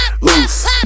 loose